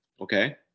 okay